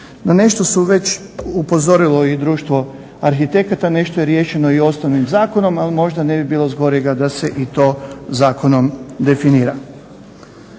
Na nešto su već upozorili i Društvo arhitekata, nešto je riješeno i osnovnim zakonom, ali možda ne bi bilo zgorega da se i to zakonom definira.